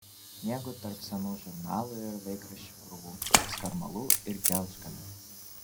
miegu tarp senų žurnalų ir laikraščių krūvų skarmalų ir gelžgalių